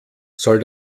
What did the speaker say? soll